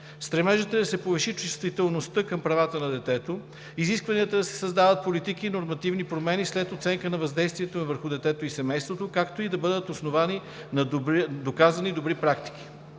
Стремежът е да се повиши чувствителността към правата на детето, изискванията да се създават политики и нормативни промени след оценка на въздействието им върху детето и семейството, както и да бъдат основани на доказани добри практики.